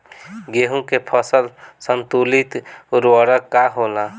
गेहूं के फसल संतुलित उर्वरक का होला?